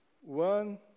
one